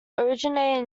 originated